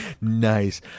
Nice